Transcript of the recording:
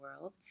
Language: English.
world